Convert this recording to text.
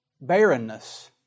barrenness